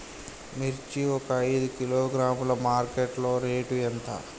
మిర్చి ఒక ఐదు కిలోగ్రాముల మార్కెట్ లో రేటు ఎంత?